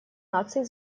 наций